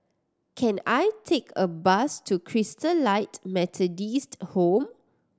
can I take a bus to Christalite Methodist Home